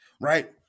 right